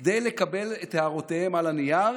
כדי לקבל את הערותיהם על הנייר.